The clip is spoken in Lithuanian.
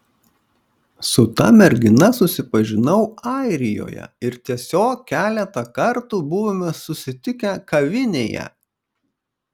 su ta mergina susipažinau airijoje ir tiesiog keletą kartų buvome susitikę kavinėje